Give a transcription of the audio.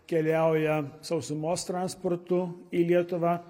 keliauja sausumos transportu į lietuvą